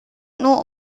nur